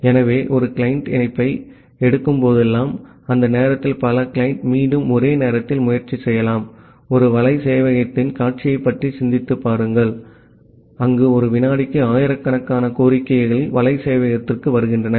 ஆகவே ஒரு கிளையன்ட் இணைப்பை எடுக்கும் போதெல்லாம் அந்த நேரத்தில் பல கிளையண்ட் மீண்டும் ஒரே நேரத்தில் முயற்சி செய்யலாம் ஒரு வலை சேவையகத்தின் காட்சியைப் பற்றி சிந்தித்துப் பாருங்கள் அங்கு ஒரு விநாடிக்கு ஆயிரக்கணக்கான கோரிக்கைகள் வலை சேவையகத்திற்கு வருகின்றன